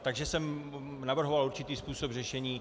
Takže jsem navrhoval určitý způsob řešení.